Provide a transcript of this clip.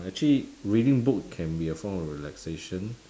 actually reading book can be a form of relaxation